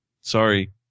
Sorry